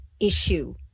issue